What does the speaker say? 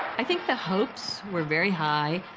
i think the hopes were very high.